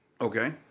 Okay